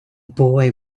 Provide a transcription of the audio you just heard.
boy